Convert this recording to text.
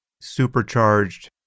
supercharged